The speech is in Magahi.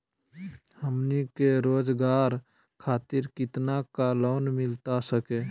हमनी के रोगजागर खातिर कितना का लोन मिलता सके?